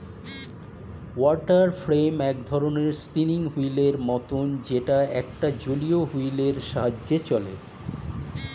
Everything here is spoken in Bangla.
ওয়াটার ফ্রেম এক ধরণের স্পিনিং হুইল এর মতন যেটা একটা জলীয় হুইল এর সাহায্যে চলে